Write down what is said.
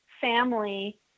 family